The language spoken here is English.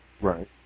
right